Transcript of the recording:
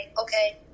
okay